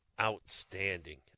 Outstanding